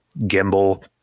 gimbal